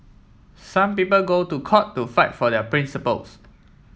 some people go to court to fight for their principles